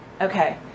okay